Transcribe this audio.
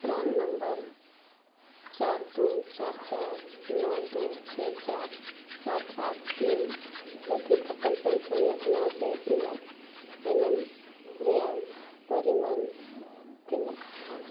ᱯᱨᱟᱱ number ᱪᱟᱨ ᱫᱩ ᱪᱟᱨ ᱪᱟᱨ ᱱᱚ ᱫᱩᱭ ᱪᱷᱮᱭ ᱪᱟᱨ ᱥᱟᱛ ᱟᱴ ᱛᱤᱱ ᱞᱟᱹᱜᱤᱫ ᱚᱴᱳᱞ ᱯᱮᱱᱥᱚᱱ ᱡᱳᱡᱚᱱᱟ ᱨᱮ ᱤᱧᱟᱹᱜ ᱮᱱᱮᱢ ᱨᱮᱭᱟᱜ ᱯᱚᱨᱤᱢᱟᱱ ᱛᱤᱱᱟᱹᱜ ᱠᱟᱱᱟ